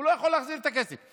והוא לא יכול להחזיר את הכסף.